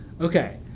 Okay